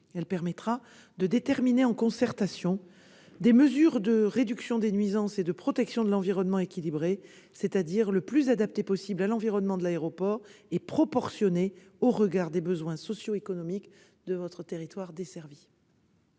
Elle permettra de déterminer, en concertation, des mesures de réduction des nuisances et de protection de l'environnement équilibrées, c'est-à-dire adaptées à l'environnement de l'aéroport et proportionnées au regard des besoins socioéconomiques du territoire desservi.